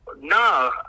no